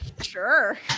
Sure